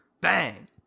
Bang